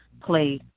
play